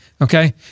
Okay